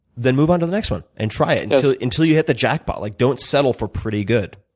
then move onto the next one and try it until until you hit the jackpot. like don't settle for pretty good.